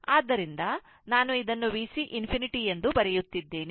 ಆದ್ದರಿಂದ ನಾನು ಇದನ್ನು ನಾನು VC ∞ ಎಂದು ಬರೆಯುತ್ತಿದ್ದೇನೆ